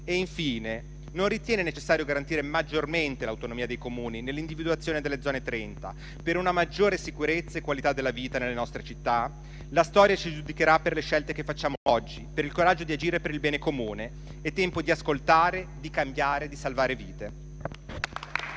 Infine, non ritiene necessario garantire maggiormente l'autonomia dei Comuni nell'individuazione delle Zone 30, per una maggiore sicurezza e qualità della vita nelle nostre città? La storia ci giudicherà per le scelte che facciamo oggi, per il coraggio di agire per il bene comune. È tempo di ascoltare, di cambiare e di salvare vite.